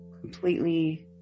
completely